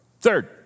Third